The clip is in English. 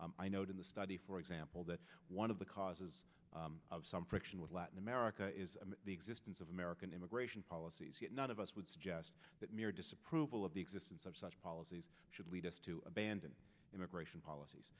i note in the study for example that one of the causes of some friction with latin america is the existence of american immigration policies yet none of us would suggest that mere disapproval of the existence of such policies should lead us to abandon immigration policies